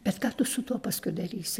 bet ką tu su tuo paskui darysi